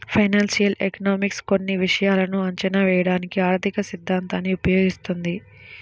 financial economics కొన్ని విషయాలను అంచనా వేయడానికి ఆర్థికసిద్ధాంతాన్ని ఉపయోగిస్తుంది